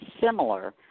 similar